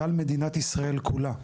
ועל מדינת ישראל כולה.